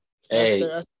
Hey